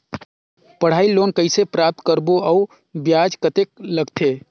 पढ़ाई लोन कइसे प्राप्त करबो अउ ब्याज कतेक लगथे?